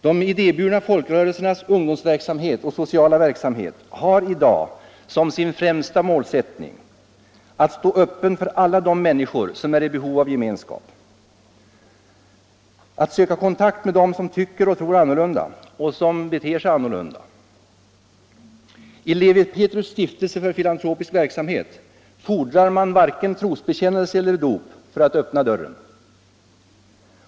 De idéburna folkrörelsernas ungdomsverksamhet och sociala verksamhet har i dag som sin främsta målsättning att stå öppen för alla de människor som är i behov av gemenskap, att söka kontakt med dem som tycker och tror annorlunda och som beter sig annorlunda. I Lewi Pethrus stiftelse för filantropisk verksamhet fordrar man varken trosbekännelse eller dop för att öppna dörren.